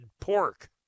pork